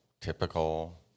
typical